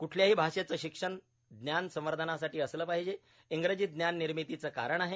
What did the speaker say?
क्ठल्याही आषेचं शिक्षण ज्ञान संवर्धनासाठी असलं पाहिजे इंग्रजी ज्ञान निर्मितीचं कारण आहे